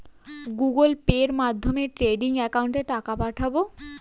Google পের মাধ্যমে trading একাউন্টে টাকা পাঠাবো?